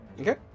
Okay